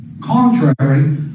contrary